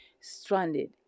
stranded